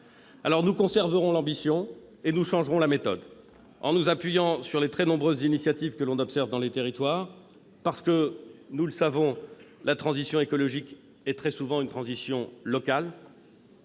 Nous conserverons donc l'ambition et changerons la méthode, en nous appuyant sur les très nombreuses initiatives observées dans les territoires. Nous le savons, la transition écologique est très souvent une transition locale.